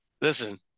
Listen